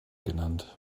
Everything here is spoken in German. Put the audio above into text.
genannt